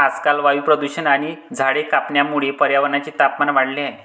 आजकाल वायू प्रदूषण आणि झाडे कापण्यामुळे पर्यावरणाचे तापमान वाढले आहे